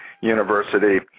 university